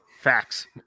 Facts